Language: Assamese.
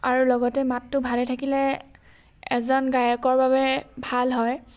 আৰু লগতে মাতটো ভালে থাকিলে এজন গায়কৰ বাবে ভাল হয়